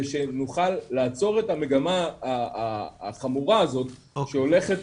כדי שנוכל לעצור את המגמה החמורה הזאת שהולכת